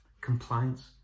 compliance